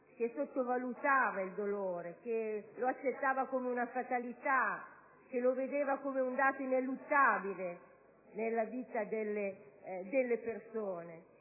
che sottovalutava il dolore e lo accettava come una fatalità, che lo vedeva come un dato ineluttabile nella vita delle persone,